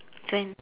into an